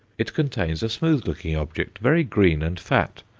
it contains a smooth-looking object, very green and fat,